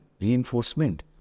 reinforcement